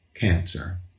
cancer